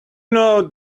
know